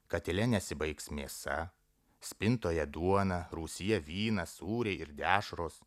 katile nesibaigs mėsa spintoje duona rūsyje vynas sūriai ir dešros